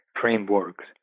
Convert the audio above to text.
frameworks